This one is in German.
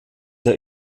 der